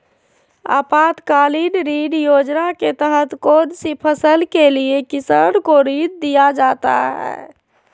आपातकालीन ऋण योजना के तहत कौन सी फसल के लिए किसान को ऋण दीया जाता है?